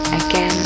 again